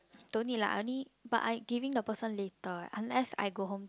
don't need lah I only but I giving the person later eh unless I go home